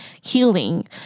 healing